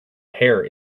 hair